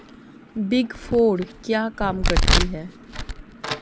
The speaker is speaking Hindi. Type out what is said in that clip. बिग फोर क्या काम करती है?